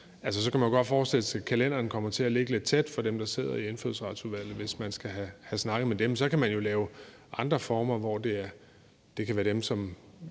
så kunne man godt forestille sig, at kalenderen kommer til være lidt tætpakket for dem, der sidder i Indfødsretsudvalget, altså hvis man skal have snakket med dem. Så kan man jo lave andre former for det, hvor det kan være dem, som